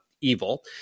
Evil